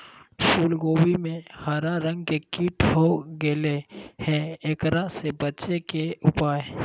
फूल कोबी में हरा रंग के कीट हो गेलै हैं, एकरा से बचे के उपाय?